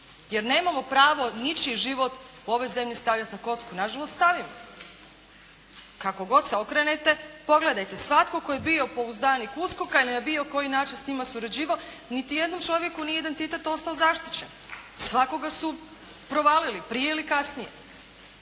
Jer nemamo pravo ničiji život u ovoj zemlji staviti na kocku. Nažalost stavimo. Kako god se okrenete, pogledajte svatko tko je bio pouzdanik USKOK-a ili na bilo koji način s njima surađivao ni jednom čovjeku nije identitet ostao zaštićen. Svakoga su provalili prije ili kasnije.